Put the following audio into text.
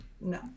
no